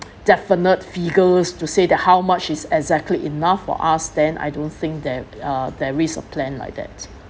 definite figures to say that how much is exactly enough for us then I don't think that uh there is a plan like that